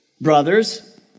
Brothers